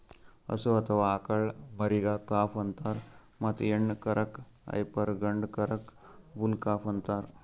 ಹಸು ಅಥವಾ ಆಕಳ್ ಮರಿಗಾ ಕಾಫ್ ಅಂತಾರ್ ಮತ್ತ್ ಹೆಣ್ಣ್ ಕರಕ್ಕ್ ಹೈಪರ್ ಗಂಡ ಕರಕ್ಕ್ ಬುಲ್ ಕಾಫ್ ಅಂತಾರ್